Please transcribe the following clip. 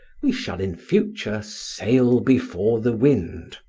we shall in future sail before the wind.